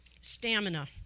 Stamina